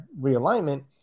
realignment